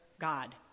God